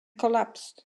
collapsed